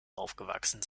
aufgewachsen